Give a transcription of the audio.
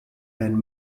and